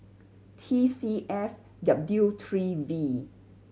T C F W three V